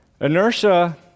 Inertia